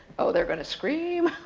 oh, they're going to scream!